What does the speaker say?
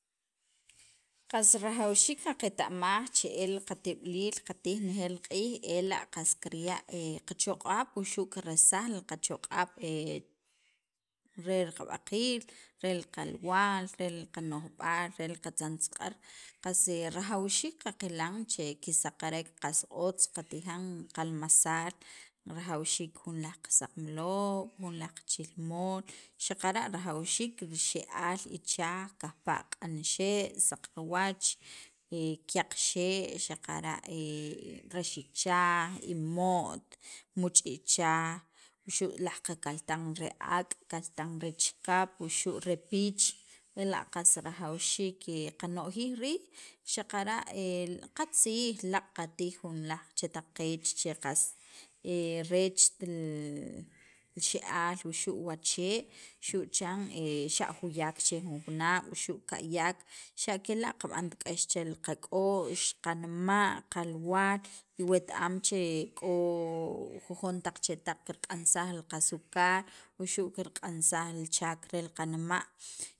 qas rajawxiik qaqeta'maj che el qatib'iliil qatij nejeel q'iij ela' qas kirya' qachoq'ab' rel qabaqiil, rel qalwaal, rel qano'b'aal, rel qatzantzaq'ar qas rajawxiik qaqilan che qisaqarek qas otz qatijan qalmasaal, rajawxiik jun laj qasaqmaloon, jun laj qachilmol, xaqara' rajawxiik ri xe'aal ichaaj kajpa' q'anxe', saqriwach, kyaq xe' xaqara' rax ichaj, imo't, muuch' ichaj wuxu' laj qakaltan re ak', kaltan re chikap, wuxu' re piich ela' qas rajawxiik qano'jij riij xaqara' qatzij laaq' qatij jun laj chetaq qeech, che reecht li xe'aal wuxu' wachee' xu' chan juyaq che jun junaab' wuxu' kayak xa' kela' qab'ant k'ax chel qak'o'x, qanma', qalwaal y wet- am che k'o jujon taq chetaq kirq'ansaj qasukar wuxu' kirq'ansaj li chaak rel qanma'